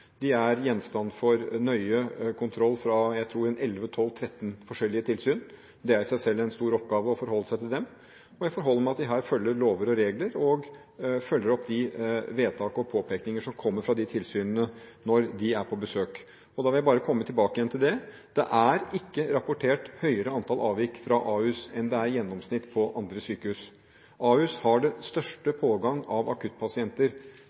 Det er i seg selv en stor oppgave å forholde seg til dem. Jeg forholder meg til at de følger lover og regler og følger opp de vedtak og påpekninger som kommer fra tilsynene når de er på besøk. Jeg vil igjen bare komme tilbake til at det er ikke rapportert høyere antall avvik på Ahus enn det som er gjennomsnittet for andre sykehus. Ahus har den største pågangen av akuttpasienter